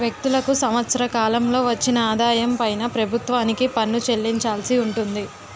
వ్యక్తులకు సంవత్సర కాలంలో వచ్చిన ఆదాయం పైన ప్రభుత్వానికి పన్ను చెల్లించాల్సి ఉంటుంది